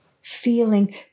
feeling